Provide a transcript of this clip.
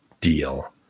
deal